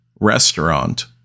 restaurant